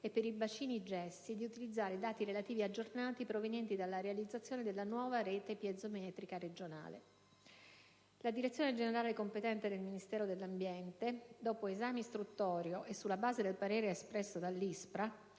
e, per il "bacino gessi", di utilizzare dati relativi aggiornati provenienti dalla realizzazione della nuova rete piezometrica regionale. La Direzione generale competente del Ministero dell'ambiente, dopo esame istruttorio e sulla base del parere espresso dall'ISPRA